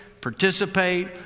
participate